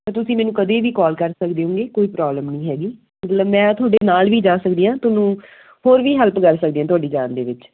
ਤਾਂ ਤੁਸੀਂ ਮੈਨੂੰ ਕਦੇ ਵੀ ਕਾਲ ਕਰ ਸਕਦੇ ਓਂਗੇ ਕੋਈ ਪ੍ਰੋਬਲਮ ਨਹੀਂ ਹੈਗੀ ਮਤਲਬ ਮੈਂ ਤੁਹਾਡੇ ਨਾਲ ਵੀ ਜਾ ਸਕਦੀ ਹਾਂ ਤੁਹਾਨੂੰ ਹੋਰ ਵੀ ਹੈਲਪ ਕਰ ਸਕਦੀ ਹਾਂ ਤੁਹਾਡੀ ਜਾਣ ਦੇ ਵਿੱਚ